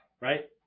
right